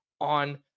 on